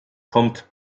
kommt